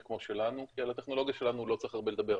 כמו שלנו כי על הטכנולוגיה שלנו לא צריך הרבה לדבר,